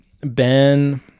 Ben